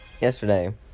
yesterday